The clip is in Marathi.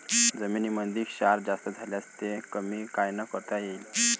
जमीनीमंदी क्षार जास्त झाल्यास ते कमी कायनं करता येईन?